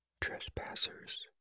Trespassers